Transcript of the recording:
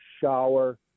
shower